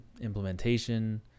implementation